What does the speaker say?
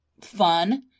fun